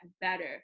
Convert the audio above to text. better